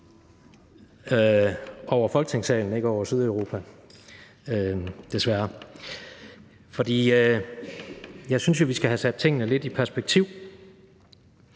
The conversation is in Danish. over Folketingssalen, ikke over Sydeuropa, desværre. Jeg synes jo, vi skal have sat tingene lidt i perspektiv.